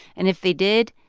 and if they did,